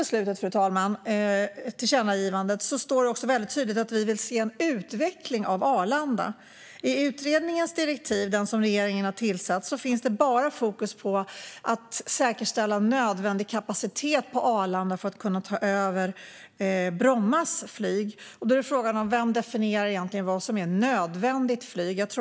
I det senaste tillkännagivandet står det väldigt tydligt att vi vill se en utveckling av Arlanda. I direktivet till den utredning som regeringen har tillsatt finns bara fokus på att säkerställa nödvändig kapacitet på Arlanda för att kunna ta över Brommas flyg. Frågan är vem som egentligen definierar vad som är nödvändigt flyg.